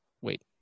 wait